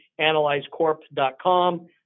AnalyzeCorp.com